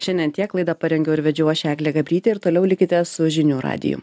šiandien tiek laidą parengiau ir vedžiau aš eglė gabrytė ir toliau likite su žinių radiju